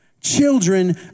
Children